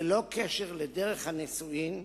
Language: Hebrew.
ללא זיקה לדרך הנישואין,